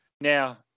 now